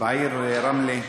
בעיר רמלה,